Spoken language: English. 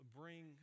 bring